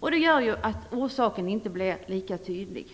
när det gäller misshandel av kvinnor. Det gör att orsaken inte blir lika tydlig.